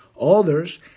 others